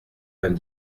vingt